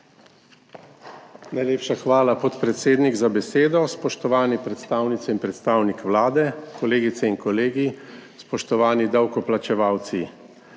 Najlepša hvala, podpredsednik, za besedo. Spoštovane predstavnice in predstavniki Vlade, kolegice in kolegi, spoštovani davkoplačevalci.